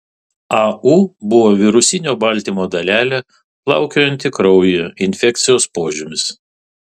au buvo virusinio baltymo dalelė plaukiojanti kraujyje infekcijos požymis